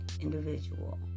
individual